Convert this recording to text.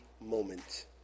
moment